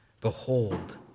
Behold